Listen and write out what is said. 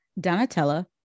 Donatella